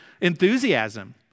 enthusiasm